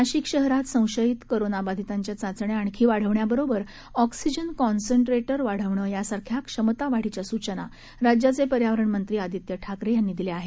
नाशिक शहरात संशयित कोरोना बधितांच्या चाचण्या आणखी वाढविण्यावरोदरच ऑक्सिजन कॉन्सन्ट्रेटर वाढविणे या सारख्या क्षमता वाढीच्या सूचना राज्याचे पर्यावरण मंत्री आदित्य ठाकरे यांनी दिल्या आहेत